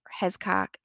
Hescock